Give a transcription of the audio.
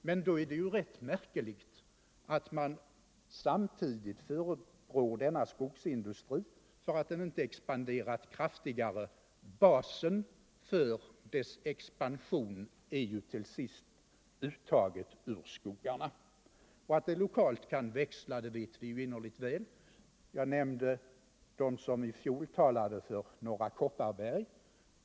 Men då är det rätt märkligt att man samtidigt förebrår skogsindustrin att den inte expanderat kraftigare. Basen för dess expansion är ju till sist uttaget ur skogarna. Att det lokalt kan växla vet vi innerligt väl. Jag nämnde dem som i fjol talade för norra Kopparberg.